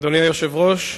אדוני היושב-ראש,